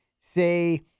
say